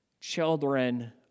children